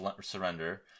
surrender